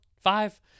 five